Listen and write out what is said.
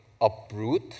uproot